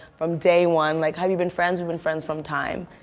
from day one. like, have you been friends? we've been friends from time.